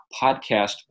podcast